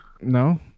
No